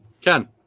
ken